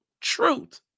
truth